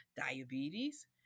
Diabetes